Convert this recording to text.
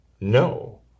No